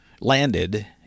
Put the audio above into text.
landed